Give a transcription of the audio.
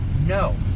No